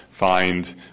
find